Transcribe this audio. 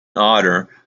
honor